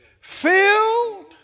filled